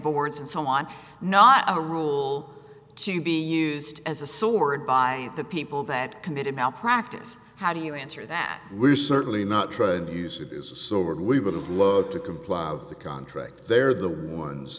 boards and so on not a rule to be used as a sword by the people that committed malpractise how do you answer that we're certainly not trying to use it is so are we would have loved to comply of the contract they're the ones